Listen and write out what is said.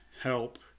help